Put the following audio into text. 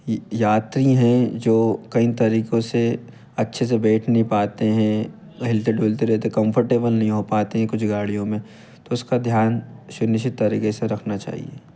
या यात्री हैं जो कई तरीकों से अच्छे से बैठ नहीं पाते हैं हिलते डुलते रहते कम्फर्टेबल नहीं हो पाते कुछ गाड़ियों में तो उसका ध्यान सुनिश्चित तरीके से रखना चाहिए